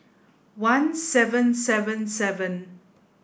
one seven seven seven